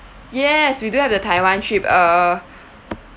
yes we do have the taiwan trip err